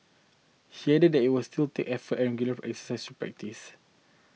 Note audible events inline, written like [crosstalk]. he added that it will still take effort and [unintelligible] exercise by this